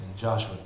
Joshua